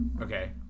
Okay